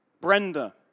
Brenda